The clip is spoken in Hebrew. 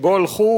שבו הלכו,